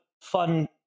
Fun